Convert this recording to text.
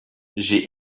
j’ai